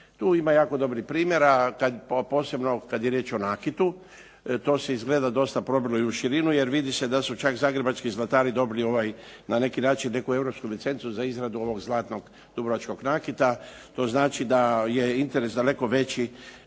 Tu ima jako dobrih primjera kada je riječ o nakitu. To se izgleda dosta probilo i u širinu, jer vidi se da su čak zagrebački zlatari dobili ovaj na neki način europsku licencu za izradu onog zlatnog dubrovačkog nakita. To znači da je interes daleko veći,